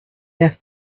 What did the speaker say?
left